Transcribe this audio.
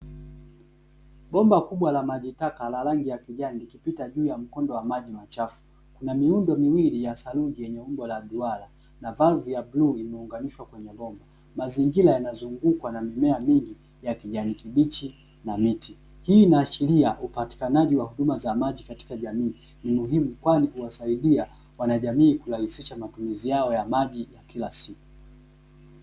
Bomba kubwa la maji taka la rangi ya kijani, likipita juu ya mkondo wa maji machafu, kuna miundo miwili ya saruji yenye umbo la duara na valvu ya bluu imeunganishwa kwenye bomba. Mazingira yanazungukwa na mimea mingi ya kijani kibichi na miti. Hii inaashiria upatikanaji wa huduma za maji katika jamii ni muhimu, kwani huwasaidia wanajamii kurahisisha matumizi yao ya maji ya kila siku.